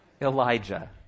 Elijah